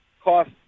cost